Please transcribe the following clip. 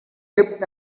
dipped